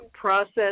process